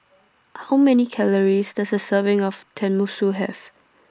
How Many Calories Does A Serving of Tenmusu Have